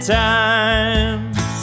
times